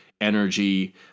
energy